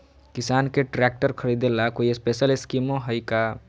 किसान के ट्रैक्टर खरीदे ला कोई स्पेशल स्कीमो हइ का?